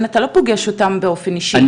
אתה לא פוגש אותם באופן אישי, או שכן?